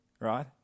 right